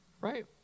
Right